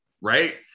right